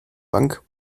bank